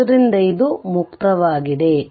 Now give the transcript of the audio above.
ಆದ್ದರಿಂದ ಇದು ಮುಕ್ತವಾಗಿದೆopen